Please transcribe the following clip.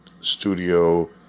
studio